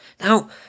Now